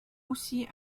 aussi